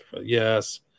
yes